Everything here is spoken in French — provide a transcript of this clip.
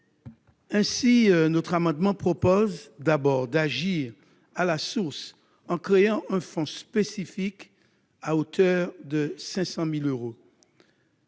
Aussi, cet amendement vise d'abord à agir à la source, en créant un fonds spécifique, à hauteur de 500 000 euros,